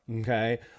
Okay